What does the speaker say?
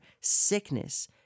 Sickness